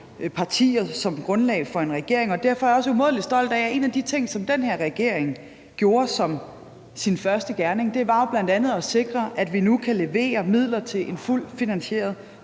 partier som grundlag for en regering. Derfor er jeg også umådelig stolt af, at en af de ting, som den her regering gjorde som sin første gerning, bl.a. var at sikre, at vi nu kan levere midler til en fuldt finansieret